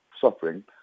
suffering